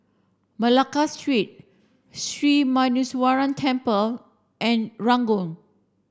Malacca Street Sri Muneeswaran Temple and Ranggung